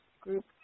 group